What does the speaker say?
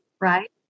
right